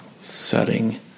setting